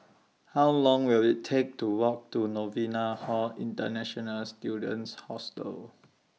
How Long Will IT Take to Walk to Novena Hall International Students Hostel